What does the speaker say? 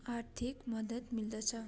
आर्थिक मदद मिल्दछ